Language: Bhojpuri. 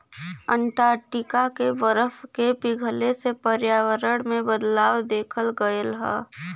अंटार्टिका के बरफ के पिघले से पर्यावरण में बदलाव देखल गयल हौ